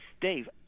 Dave